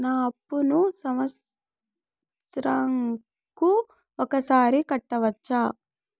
నా అప్పును సంవత్సరంకు ఒకసారి కట్టవచ్చా?